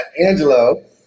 Angelo